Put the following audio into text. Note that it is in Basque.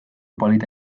polita